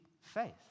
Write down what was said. faith